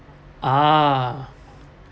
ah